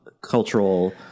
cultural